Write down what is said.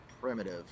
primitive